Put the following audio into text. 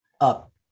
up